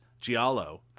Giallo